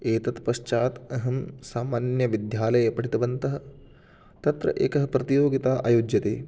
एतत् पश्चात् अहं सामान्यविद्यालये पठितवन्तः तत्र एका प्रतियोगिता आयोज्यते